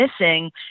missing